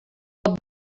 pot